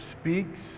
speaks